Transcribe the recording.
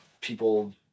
people